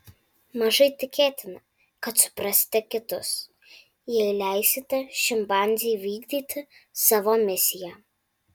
mažai tikėtina kad suprasite kitus jei leisite šimpanzei vykdyti savo misiją